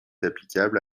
applicable